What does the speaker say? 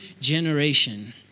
generation